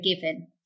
given